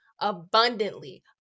abundantly